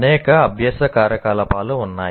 అనేక అభ్యాస కార్యకలాపాలు ఉన్నాయి